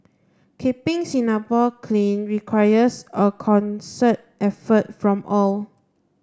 keeping Singapore clean requires a concert effort from all